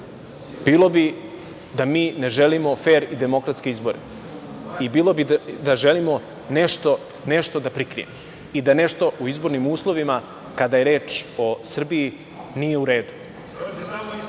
bilo bi da mi ne želimo fer i demokratske izbore i bilo bi da želimo nešto da prikrijemo i da nešto u izbornim uslovima kada je reč o Srbiji nije